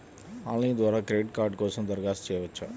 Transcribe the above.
Online ద్వారా credit card కోసం దరఖాస్తు చేయవచ్చా?